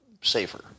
safer